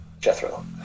Jethro